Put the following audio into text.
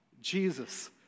Jesus